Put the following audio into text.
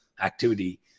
activity